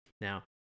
Now